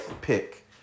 pick